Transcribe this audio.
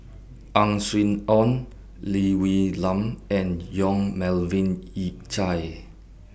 Ang Swee Aun Lee Wee Nam and Yong Melvin Yik Chye